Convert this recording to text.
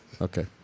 Okay